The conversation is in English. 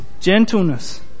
gentleness